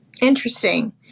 Interesting